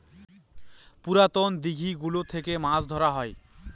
পুরাতন দিঘি গুলো থেকে মাছ ধরা হয়